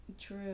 true